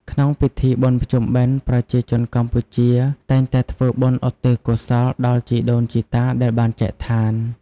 ក្នុងពិធីបុណ្យភ្ជុំបិណ្ឌ ប្រជាជនកម្ពុជា តែងតែធ្វើបុណ្យឧទ្ទិសកុសលដល់ជីដូនជីតាដែលបានចែកឋាន។